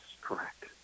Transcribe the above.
correct